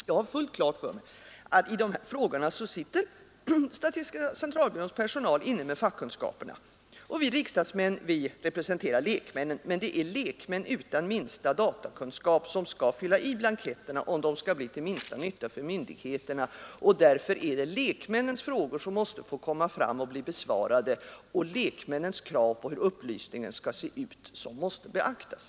Jag har fullt klart för mig att i dessa frågor sitter statistiska centralbyråns personal inne med fackkunskaperna och vi riksdagsmän representerar lekmännen. Men det är lekmän, utan minsta datakunskap, som skall fylla i blanketterna på ett sådant sätt att de blir till någon nytta för myndigheterna. Därför är det lekmännens frågor som måste få komma fram och bli besvarade och lekmännens krav på hur upplysningen skall se ut som måste beaktas.